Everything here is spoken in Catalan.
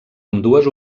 ambdues